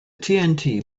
tnt